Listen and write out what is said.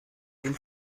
den